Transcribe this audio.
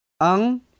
ang